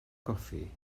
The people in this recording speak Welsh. goffi